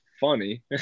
funny